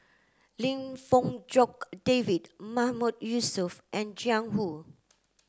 Lim Fong Jock David Mahmood Yusof and Jiang Hu